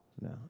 no